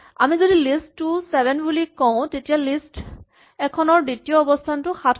আমি যদি list two seven বুলি কওঁ তেতিয়া লিষ্ট এখনৰ দ্বিতীয় অৱস্হানটো সাত হয়